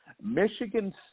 Michigan